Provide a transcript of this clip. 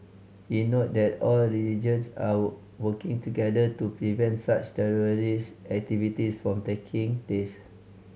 he noted that all religions are working together to prevent such terrorist activities from taking place